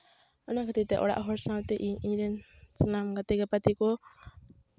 ᱚᱱᱟ ᱠᱷᱟᱹᱛᱤᱨᱛᱮ ᱚᱲᱟᱜ ᱦᱚᱲ ᱥᱟᱶᱛᱮ ᱤᱧ ᱤᱧᱨᱮᱱ ᱥᱟᱱᱟᱢ ᱜᱟᱛᱮ ᱜᱟᱯᱟᱛᱮ ᱠᱚ